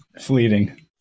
Fleeting